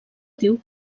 diu